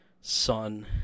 son